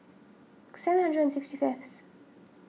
seven hundred and sixty fifth